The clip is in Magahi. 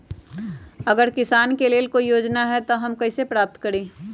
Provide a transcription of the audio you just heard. अगर किसान के लेल कोई योजना है त हम कईसे प्राप्त करी?